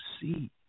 see